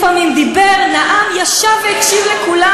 הוא לפעמים דיבר, נאם, ישב והקשיב לכולם.